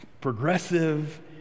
Progressive